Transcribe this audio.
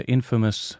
Infamous